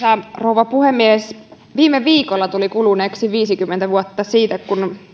arvoisa rouva puhemies viime viikolla tuli kuluneeksi viisikymmentä vuotta siitä kun